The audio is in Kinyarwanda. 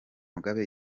mugabe